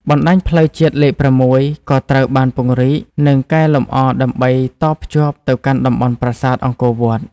បណ្តាញផ្លូវជាតិលេខ ៦ ក៏ត្រូវបានពង្រីក និងកែលម្អដើម្បីតភ្ជាប់ទៅកាន់តំបន់ប្រាសាទអង្គរវត្ត។